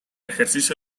ejercicio